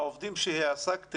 כפי שהם מתקבלים